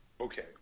Okay